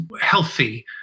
healthy